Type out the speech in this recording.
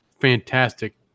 fantastic